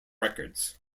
records